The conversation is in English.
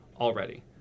already